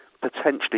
potentially